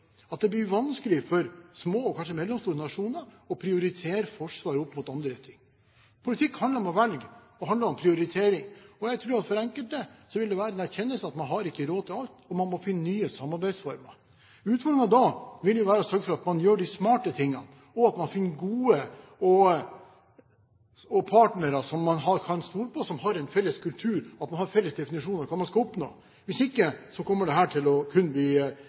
at det blir vanskelig for små og mellomstore nasjoner å prioritere forsvaret framfor andre ting. Politikk handler om å velge. Det handler om prioritering. Jeg tror at enkelte vil måtte erkjenne at man ikke har råd til alt, og man må finne nye samarbeidsformer. Utfordringen da vil være å sørge for at man gjør de smarte tingene, og at man finner gode partnere, som man kan stole på, og at man har en felles kultur, en felles definisjon av hva man skal oppnå. Hvis ikke kommer dette til å kunne bli